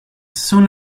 soon